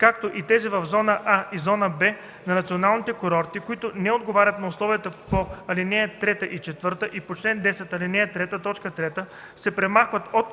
както и тези в зона „А” и зона „Б” на националните курорти, които не отговарят на условията по ал. 3 и 4 и по чл. 10, ал. 3, т. 3, се премахват от